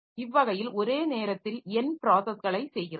இவ்வகையில் ஒரே நேரத்தில் N ப்ராஸஸ்களை செய்கிறது